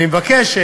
אני מבקש,